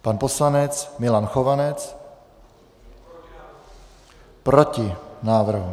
Pan poslanec Milan Chovanec: Proti návrhu.